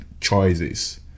choices